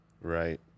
right